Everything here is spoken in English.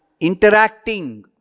interacting